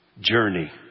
journey